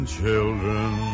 children